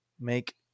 make